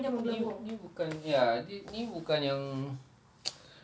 ini ini bukan ya ini bukan yang